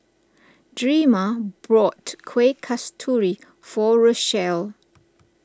Drema bought Kueh Kasturi for Rachel